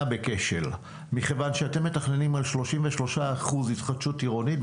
בכשל מכיוון שאתם מתכננים על 33% התחדשות עירונית,